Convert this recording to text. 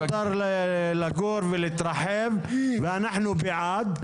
מותר לגור, ולהתרחב, ואנחנו בעד.